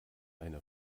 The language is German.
eine